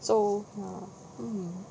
so !wah! mm